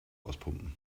auspumpen